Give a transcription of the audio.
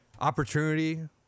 opportunity